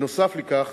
בנוסף לכך